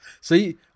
See